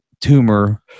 tumor